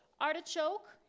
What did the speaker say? artichoke